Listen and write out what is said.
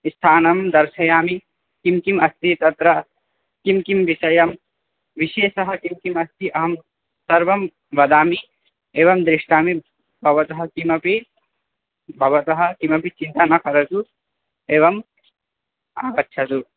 स्थानं दर्शयामि किं किम् अस्ति तत्र किं किं विषयं विशेषः किं किम् अस्ति अहं सर्वं वदामि एवं दृष्टामि भवतः किमपि भवतः किमपि चिन्ता न करोतु एवम् आगच्छतु